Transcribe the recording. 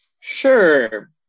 sure